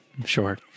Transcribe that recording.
Sure